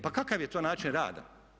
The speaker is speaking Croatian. Pa kakav je to način rada?